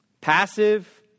Passive